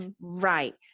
right